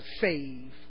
save